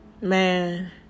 Man